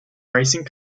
racing